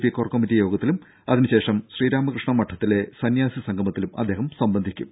P core committee യോഗത്തിലും അതിന് ശേഷം ശ്രീരാമകൃഷ്ണ മഠത്തിലെ സന്യാസി സംഗമത്തിലും അദ്ദേഹം സംബന്ധിക്കും